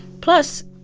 plus,